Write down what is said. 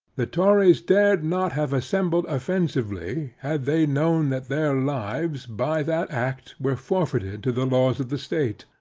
the tories dared not have assembled offensively, had they known that their lives, by that act, were forfeited to the laws of the state.